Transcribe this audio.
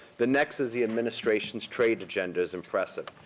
the next is the administration's trade agenda is impressive.